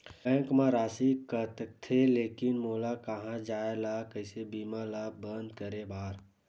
Bank मा राशि कटथे लेकिन मोला कहां जाय ला कइसे बीमा ला बंद करे बार?